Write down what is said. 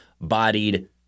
bodied